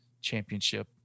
championship